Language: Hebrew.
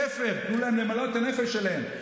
להפך, תנו להם למלא את הנפש שלהם.